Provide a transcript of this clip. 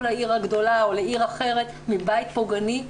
לעיר הגדולה או לעיר אחרת מבית פוגעני,